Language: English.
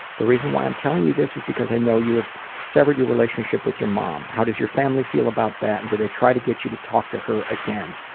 the reason why i'm telling you this is because i know you have severed your relationship with your mom. how does your family feel about that? and do they try to get you to talk to her again?